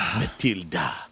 Matilda